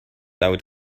out